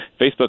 Facebook